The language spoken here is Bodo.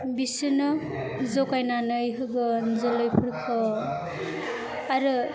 बिसोरनो जगायनानै होगोन जोलैफोरखौ आरो